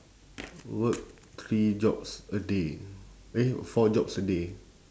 work three jobs a day eh four jobs a day